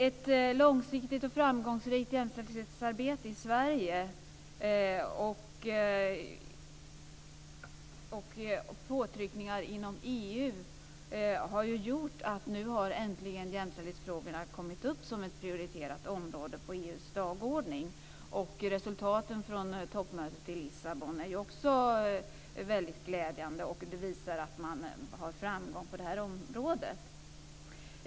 Ett långsiktigt och framgångsrikt jämställdhetsarbete i Sverige och påtryckningar inom EU har gjort att jämställdhetsfrågorna nu äntligen har kommit upp som ett prioriterat område på EU:s dagordning. Resultaten från toppmötet i Lissabon är också väldigt glädjande. Detta visar att man har framgång på det här området.